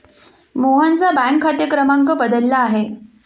मोहनचा बँक खाते क्रमांक बदलला आहे